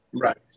right